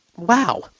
wow